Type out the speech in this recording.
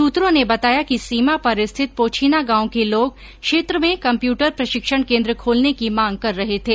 सत्रों ने बताया कि सीमा पर स्थित पोछिना गांव के लोग क्षेत्र में कम्प्यूटर प्रशिक्षण केन्द्र खोलने की मांग कर रहे थे